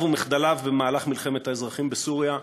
ומחדליו במהלך מלחמת האזרחים בסוריה,